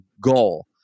goal